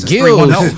Gills